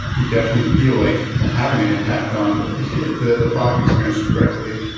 you definitely feel like you're having an impact on but the the product experience directly.